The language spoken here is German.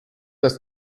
das